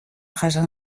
jasan